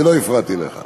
אני לא הפרעתי לך.